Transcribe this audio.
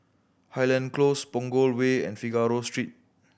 Highland Close Punggol Way and Figaro Street